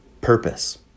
purpose